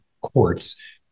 courts